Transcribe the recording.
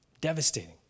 Devastating